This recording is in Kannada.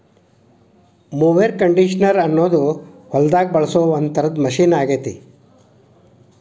ಮೊವೆರ್ ಕಂಡೇಷನರ್ ಅನ್ನೋದು ಹೊಲದಾಗ ಬಳಸೋ ಒಂದ್ ತರದ ಮಷೇನ್ ಆಗೇತಿ